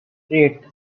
eight